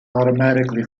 automatically